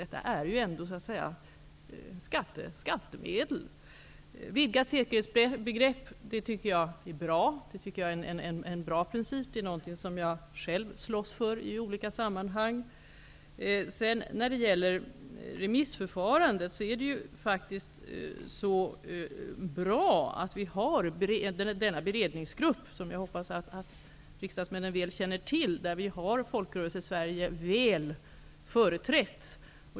Det är ju skattemedel som det handlar om. Ett vidgat säkerhetsbegrepp är en bra princip, som jag själv slåss för i olika sammanhang. När det gäller remissförfarandet är det bra att vi har denna beredningsgrupp. Jag hoppas våra riksdagsmän känner till att Folkrörelsesverige är väl företrätt.